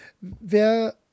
Wer